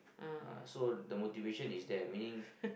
uh so the movitation is there meaning